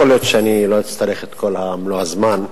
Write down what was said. יכול להיות שאני לא אצטרך את כל מלוא הזמן.